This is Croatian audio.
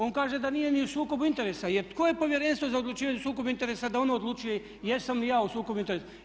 On kaže da nije u sukobu interesa, jer tko je Povjerenstvo za odlučivanje o sukobu interesa da ono odlučuje jesam li ja u sukobu interesa.